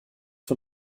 von